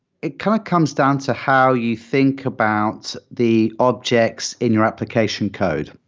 it kind of comes down to how you think about the objects in your application code.